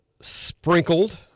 sprinkled